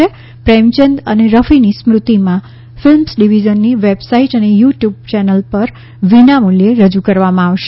પ્રેમચંદ અને રફીની સ્મૃતિમાં ફિલ્મ્સ ડિવિઝનની વેબસાઇટ અને યુ ટ્યુબ ચેનલ પર વિના મૂલ્યે રજુ કરવામાં આવશે